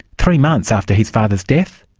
three months after his father's death,